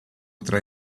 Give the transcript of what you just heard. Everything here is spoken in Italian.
tra